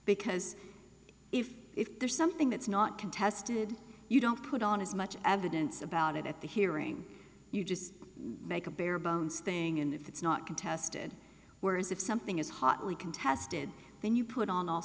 because if if there's something that's not contested you don't put on as much evidence about it at the hearing you just make a bare bones thing and if it's not contested whereas if something is hotly contested then you put on all